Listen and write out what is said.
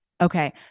Okay